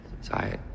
Sorry